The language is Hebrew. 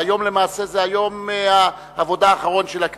והיום למעשה הוא יום העבודה האחרון שלה בכנסת.